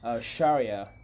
Sharia